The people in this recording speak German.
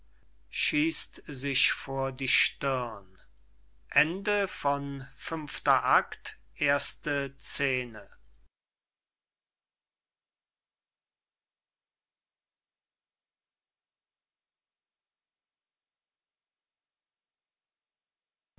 schießt sich vor die stirn zweyte scene